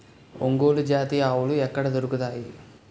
ఒంగోలు జాతి ఆవులు ఎక్కడ దొరుకుతాయి?